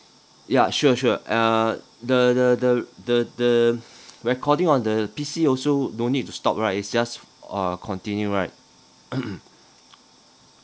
yeah sure sure uh the the the the the recording on the P_C also no need to stop right it's just uh continue right